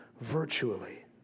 virtually